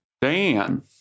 Dan